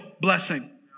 blessing